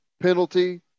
penalty